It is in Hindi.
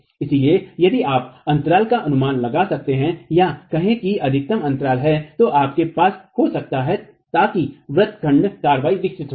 इसलिए यदि आप अंतराल का अनुमान लगा सकते हैं या कहें कि अधिकतम अंतराल है जो आपके पास हो सकती है ताकि व्रत खंड कार्रवाई विकसित हो जाए